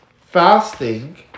fasting